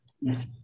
yes